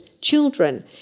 children